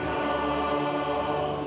you know